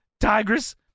Tigress